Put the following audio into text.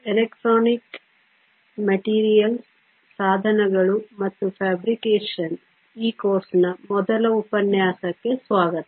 electronic materials ಸಾಧನಗಳು ಮತ್ತು fabrication ಈ ಕೋರ್ಸ್ನ ಮೊದಲ ಉಪನ್ಯಾಸಕ್ಕೆ ಸ್ವಾಗತ